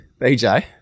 BJ